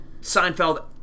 Seinfeld